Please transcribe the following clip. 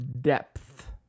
depth